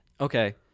Okay